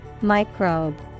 Microbe